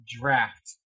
draft